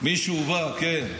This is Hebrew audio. מישהו בא, כן,